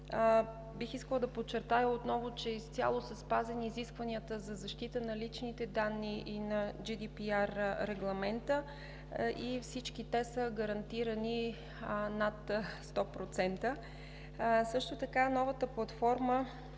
Бих искала отново да подчертая, че изцяло са спазени изискванията за защита на личните данни и на GDPR регламента. Всички те са гарантирани над 100%. Също така новата платформа